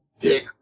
dick